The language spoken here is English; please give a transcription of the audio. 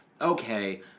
okay